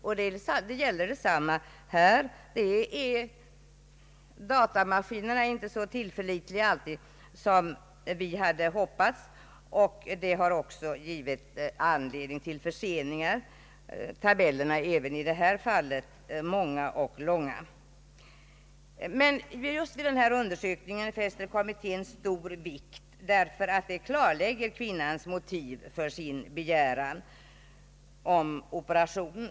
Också här gäller att datamaskinerna inte alltid är så tillförlitliga som vi hade hoppats. Detta har även givit anledning till förseningar. Tabellerna är också i detta fall många och långa. Just vid denna undersökning fäster kommittén stor vikt, eftersom den kartlägger kvinnans egna motiv för begäran om operation.